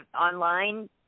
online